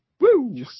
Woo